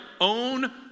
own